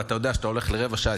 ואתה יודע שאתה הולך לרבע שעה,